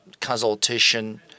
consultation